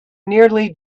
nearly